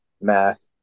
math